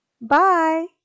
Bye